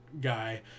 guy